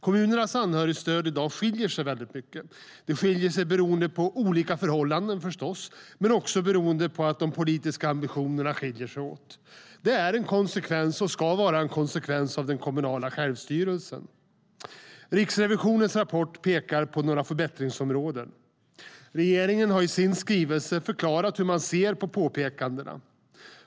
Kommunernas anhörigstöd skiljer sig åt mycket beroende på olika förhållanden men också beroende på att de politiska ambitionerna skiljer sig åt. Det är och ska vara en konsekvens av den kommunala självstyrelsen. Riksrevisionens rapport pekar på några förbättringsområden. Regeringen har i sin skrivelse förklarat hur man ser på påpekandena.